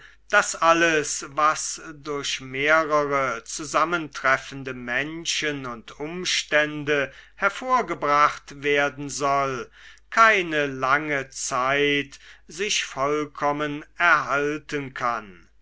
daß alles was durch mehrere zusammentreffende menschen und umstände hervorgebracht werden soll keine lange zeit sich vollkommen erhalten kann